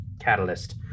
catalyst